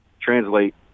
translate